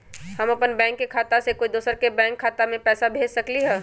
हम अपन बैंक खाता से कोई दोसर के बैंक खाता में पैसा कैसे भेज सकली ह?